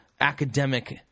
academic